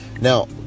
now